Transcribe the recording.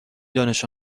دانش